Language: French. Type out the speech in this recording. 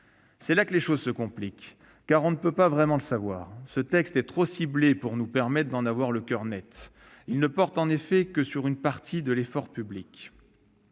C'est là que les choses se compliquent, car on ne peut pas vraiment le savoir. Ce texte est trop ciblé pour nous permettre d'en avoir le coeur net. Il ne porte en effet que sur une partie de l'effort public.